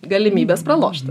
galimybės pralošti